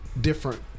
different